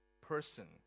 person